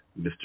Mr